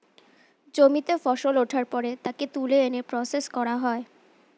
জমিতে ফসল ওঠার পর তাকে তুলে এনে প্রসেস করা হয়